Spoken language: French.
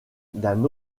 d’un